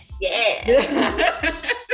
yes